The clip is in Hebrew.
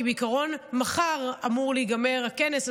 כי בעיקרון מחר אמור להיגמר הכנס,